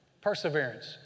perseverance